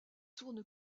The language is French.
tourne